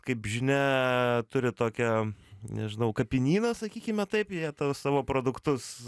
kaip žinia turi tokią nežinau kapinynas sakykime taip jie tą savo produktus